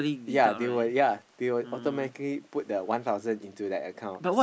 ya they will ya they will automatically put the one thousand into that account